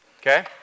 Okay